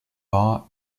war